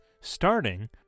Starting